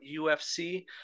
UFC